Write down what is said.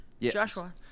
Joshua